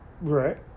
Right